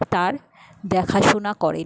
তার দেখাশোনা করেন